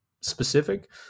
specific